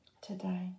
today